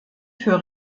für